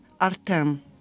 Artem